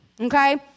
Okay